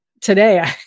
today